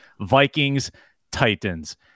Vikings-Titans